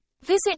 Visit